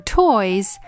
toys